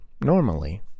normally